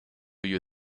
you